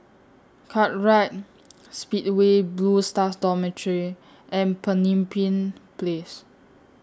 Kartright Speedway Blue Stars Dormitory and Pemimpin Place